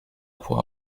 pourra